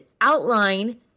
outline